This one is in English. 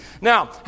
Now